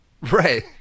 right